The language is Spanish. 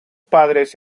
padres